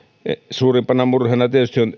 suurimpana murheena